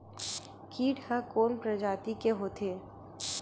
कीट ह कोन प्रजाति के होथे?